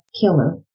Killer